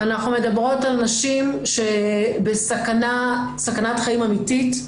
אנחנו מדברות על נשים שבסכנת חיים אמיתית,